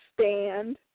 stand